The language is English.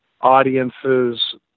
audiences